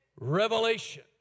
Revelation